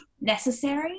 necessary